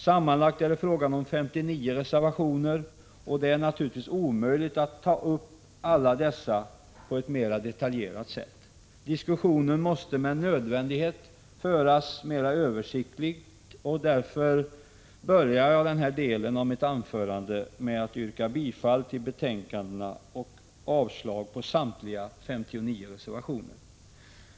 Sammanlagt är det fråga om 59 reservationer, och det är naturligtvis omöjligt att ta upp alla dessa på ett mera detaljerat sätt. Diskussionen måste med nödvändighet föras översiktligt, och därför börjar jag den här delen av mitt anförande med att yrka bifall till hemställan i betänkandena och avslag på samtliga 59 reservationer.